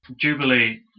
Jubilee